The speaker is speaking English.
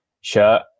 shirt